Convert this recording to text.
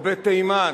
או בתימן.